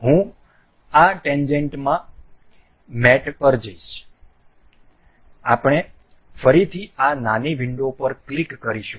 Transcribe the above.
હું આ ટેન્જેન્ટમાં મેટ પર જઈશ આપણે ફરીથી આ નાની વિંડો પર ક્લિક કરીશું